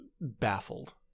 baffled